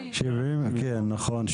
נכון,